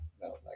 no